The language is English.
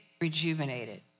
rejuvenated